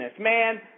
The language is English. man